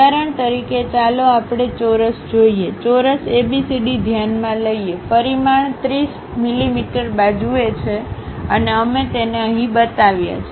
ઉદાહરણ તરીકે ચાલો આપણે ચોરસ જોઈએ ચોરસ એબીસીડી ધ્યાનમાં લઈએ પરિમાણ 30 મીમી બાજુએ છે અમે તેને અહીં બતાવ્યા છે